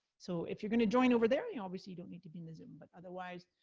so, if you're gonna join over there, you obviously you don't need to be in the zoom, but otherwise,